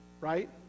right